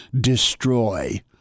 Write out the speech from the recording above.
destroy